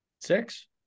Six